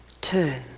turn